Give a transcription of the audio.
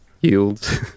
yields